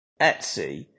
Etsy